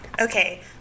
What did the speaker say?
Okay